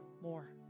more